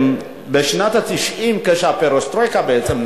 בשנות ה-90 הפרסטרויקה בעצם,